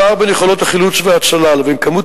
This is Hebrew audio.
הפער בין יכולות החילוץ וההצלה לבין כמות